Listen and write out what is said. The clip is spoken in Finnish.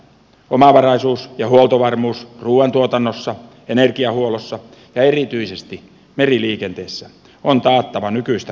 omavaraisuus ja huoltovarmuus ruuantuotannossa energiahuollossa ja erityisesti meriliikenteessä on taattava nykyistä paremmin